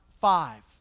five